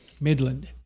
Midland